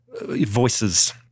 voices